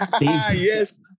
Yes